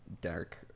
dark